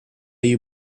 you